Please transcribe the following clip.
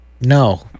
no